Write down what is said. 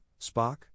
Spock